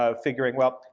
ah figuring, well,